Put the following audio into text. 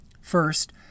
First